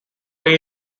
way